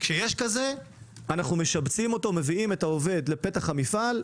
אנחנו משבצים ומביאים את העובד לפתח המפעל,